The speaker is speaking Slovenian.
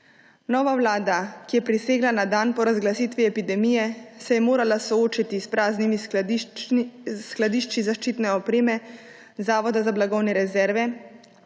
Nova vlada, ki je prisegla na dan po razglasitvi epidemije, se je morala soočiti s praznimi skladišči zaščitne opreme Zavoda za blagovne rezerve,